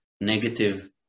negative